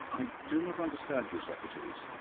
i do not understand you, socrates.